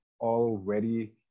already